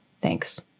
Thanks